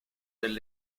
del